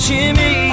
Jimmy